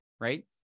Right